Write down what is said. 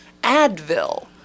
Advil